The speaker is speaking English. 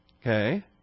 okay